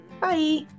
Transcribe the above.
Bye